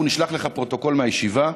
אנחנו נשלח לך פרוטוקול מהישיבה,